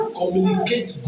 communicate